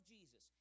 Jesus